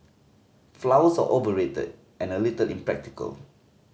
flowers are overrated and a little impractical